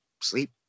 sleep